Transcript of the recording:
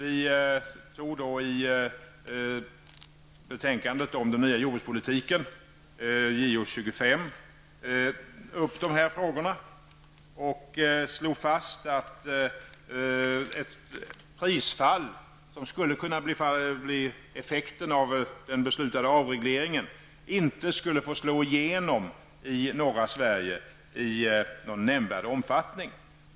I betänkandet om den nya jordbrukspolitiken, JoU25, tog vi upp de här frågorna och slog fast att ett prisfall som skulle kunna bli effekten av den beslutade avregleringen inte skulle få slå igenom i norra Sverige i någon nämnvärd omfattning.